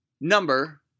number